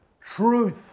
truth